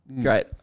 Great